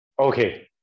Okay